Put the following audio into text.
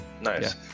nice